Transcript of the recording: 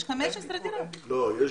לא, יש